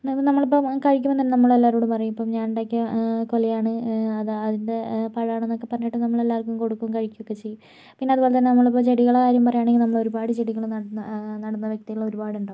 എന്നാൽ പിന്നെ നമ്മളിപ്പോൾ കഴിക്കുമ്പോൾ തന്നെ നമ്മളെല്ലാവരോടും പറയും ഇപ്പം ഞാൻ ഉണ്ടാക്കിയ കൊലയാണ് അതാ അതിൻ്റെ പഴാണന്നക്കെ പറഞ്ഞിട്ട് നമ്മള് എല്ലാവർക്കും കൊടുക്കും കഴിക്കുവൊക്കെ ചെയ്യും പിന്നെ അതുപോലെ തന്നെ നമ്മളിപ്പോ ചെടികളുടെ കാര്യം പറയുവാണെങ്കില് നമ്മള് ഒരു പാട് ചെടികള് നടുന്ന നടുന്ന വ്യക്തികൾ ഒരുപാടുണ്ടാകും